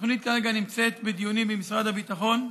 התוכנית כרגע נמצאת בדיונים במשרד הביטחון,